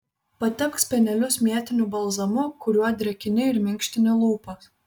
patepk spenelius mėtiniu balzamu kuriuo drėkini ir minkštini lūpas